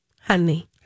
Honey